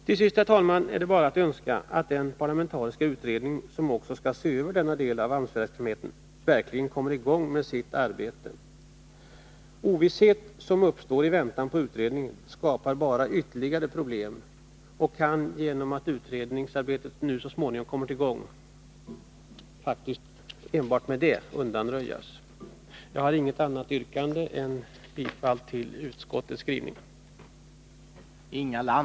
Till sist, herr talman, är bara att önska att den parlamentariska utredning som också skall se över denna del av AMS-verksamheten kommer i gång med sitt arbete. Den ovisshet som uppstår i väntan på utredningen skapar bara ytterligare problem. Genom att utredningsarbetet nu så småningom kommer i gång kan de emellertid undanröjas. Jag har inget annat yrkande än om bifall till utskottets hemställan.